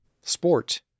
sport